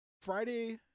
Friday